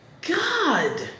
God